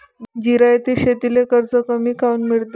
जिरायती शेतीले कर्ज कमी काऊन मिळते?